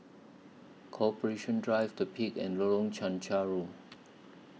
Corporation Drive The Peak and Lorong Chencharu